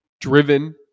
driven